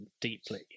deeply